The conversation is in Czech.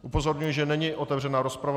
Upozorňuji, že není otevřena rozprava.